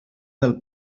del